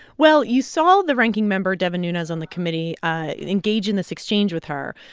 well, you saw the ranking member, devin nunes, on the committee engage in this exchange with her,